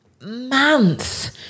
months